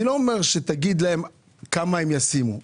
אני לא אומר שתגיד להם כמה הם ישימו,